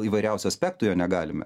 įvairiausių aspektų jo negalime